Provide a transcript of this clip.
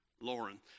Lauren